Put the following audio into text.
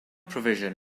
provision